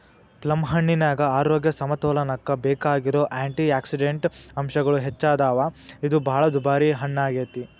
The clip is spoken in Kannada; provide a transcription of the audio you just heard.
ಪ್ಲಮ್ಹಣ್ಣಿನ್ಯಾಗ ಆರೋಗ್ಯ ಸಮತೋಲನಕ್ಕ ಬೇಕಾಗಿರೋ ಆ್ಯಂಟಿಯಾಕ್ಸಿಡಂಟ್ ಅಂಶಗಳು ಹೆಚ್ಚದಾವ, ಇದು ಬಾಳ ದುಬಾರಿ ಹಣ್ಣಾಗೇತಿ